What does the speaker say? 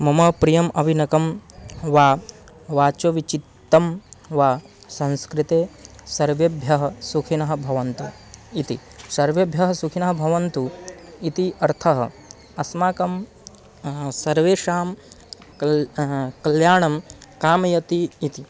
मम प्रियम् अविनकं वा वाचोविचित्तं वा संस्कृते सर्वेभ्यः सुखिनः भवन्तु इति सर्वेभ्यः सुखिनः भवन्तु इति अर्थः अस्माकं सर्वेषां कल् कल्याणं कामयति इति